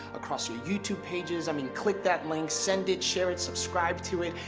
across your youtube pages. i mean click that link send it, share it, subscribe to it.